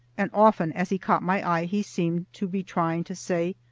and often as he caught my eye he seemed to be trying to say,